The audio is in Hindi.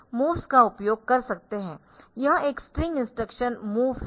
यह एक स्ट्रिंग इंस्ट्रक्शन MOV है